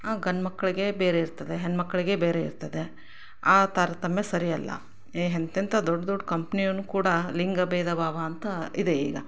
ಆ ಗಂಡ್ಮಕ್ಳಿಗೇ ಬೇರೆ ಇರ್ತದೆ ಹೆಣ್ಮಕ್ಳಿಗೇ ಬೇರೆ ಇರ್ತದೆ ಆ ತಾರತಮ್ಯ ಸರಿ ಅಲ್ಲ ಎ ಎಂಥೆಂಥ ದೊಡ್ಡ ದೊಡ್ಡ ಕಂಪ್ನಿಯವನೂ ಕೂಡ ಲಿಂಗ ಭೇದ ಭಾವ ಅಂತ ಇದೆ ಈಗ